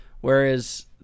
Whereas